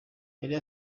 yari